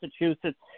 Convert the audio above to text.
Massachusetts